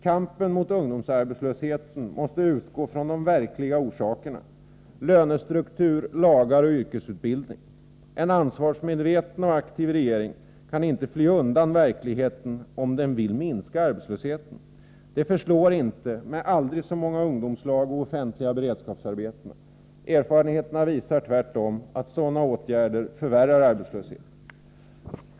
Kampen mot ungdomsarbetslösheten måste utgå från de verkliga orsakerna, lönestruktur, lagar och yrkesutbildning. En ansvarsmedveten och aktiv regering kan inte fly undan verkligheten, om den vill minska arbetslösheten. Det förslår inte med aldrig så många ungdomslag och offentliga beredskapsarbeten. Erfarenheterna visar tvärtom att sådana åtgärder förvärrar arbetslösheten.